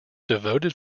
devoted